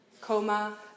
Coma